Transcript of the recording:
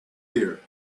here